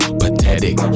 pathetic